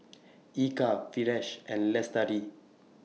Eka Firash and Lestari